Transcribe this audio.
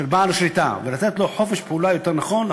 של בעל השליטה ולתת לו חופש פעולה יותר נכון.